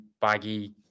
baggy